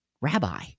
Rabbi